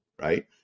right